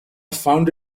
found